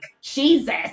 Jesus